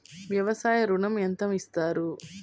వ్యవసాయ ఋణం ఎంత ఇస్తారు?